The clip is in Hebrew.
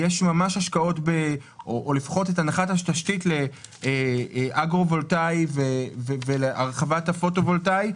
יש את הנחת התשתית להשקעות באגרו-וולטאי ולהרחבת הפוטו-וולטאי.